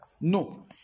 No